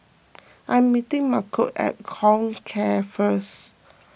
I am meeting Malcom at Comcare first